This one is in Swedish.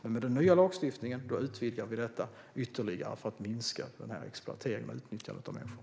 Med den nya lagstiftningen utvidgar vi detta ytterligare för att minska exploateringen och utnyttjandet av människor.